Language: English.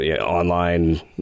online